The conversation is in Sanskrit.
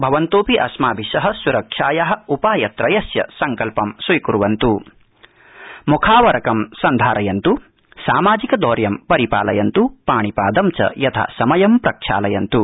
भवन्तोऽपि अस्माभि सह सुरक्षाया उपायत्रयस्य सङ्कल्प स्वीक्वन्त् मुखावरकं सन्धारयन्त् सामाजिकदौर्यं परिपालयन्तू पाणिपादं च यथासमयं प्रक्षालयन्त्